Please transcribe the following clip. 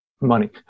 money